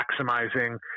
maximizing